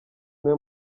niwe